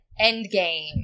Endgame